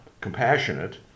compassionate